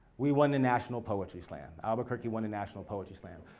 we won the national poetry slam, albuquerque won the national poetry slam.